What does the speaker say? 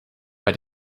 bei